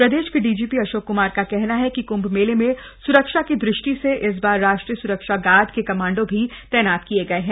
प्रदेश के डीजीपी अशोक क्मार का कहना है कि कृंभ मेले में सुरक्षा की दृष्टि से इस बार राष्ट्रीय सुरक्षा गार्ड के कमांडो भी तैनात किए गए हैं